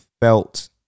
felt